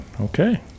okay